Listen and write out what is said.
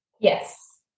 Yes